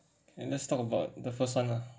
and let's talk about the first one lah